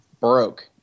broke